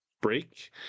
break